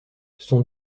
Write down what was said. son